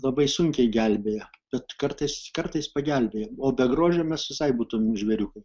labai sunkiai gelbėja bet kartais kartais pagelbėja o be grožio mes visai būtumėm žvėriukai